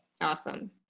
Awesome